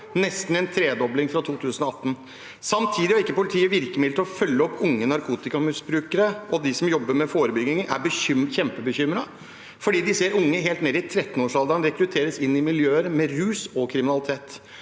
nesten en tredobling fra 2018. Samtidig har ikke politiet virkemidler til å følge opp unge narkotikamisbrukere, og de som jobber med forebygging, er kjempebekymret fordi de ser at unge helt ned i 13-årsalderen rekrutteres inn i miljøer med rus og kriminalitet.